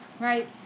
Right